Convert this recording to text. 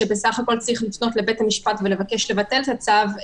שבסך הכול צריך לפנות לבית המשפט ולבקש לבטל את הצו,